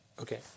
Okay